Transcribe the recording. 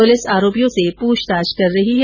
police आरोपियों से पूछताछ कर रही है